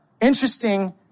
interesting